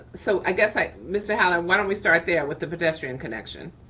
so i guess i, mr. holler, why don't we start there with the pedestrian connection?